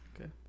Okay